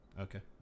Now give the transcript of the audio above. Okay